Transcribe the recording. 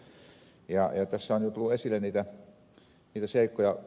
tässä on jo tullut esille niitä seikkoja